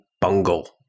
bungle